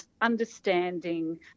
understanding